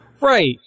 Right